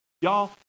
Y'all